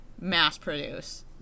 mass-produce